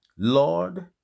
Lord